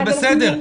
זה בסדר,